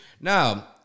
Now